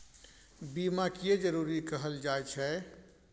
बीमा किये जरूरी कहल जाय छै?